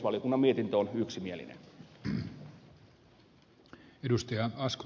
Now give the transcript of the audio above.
valiokunnan mietintö on yksimielinen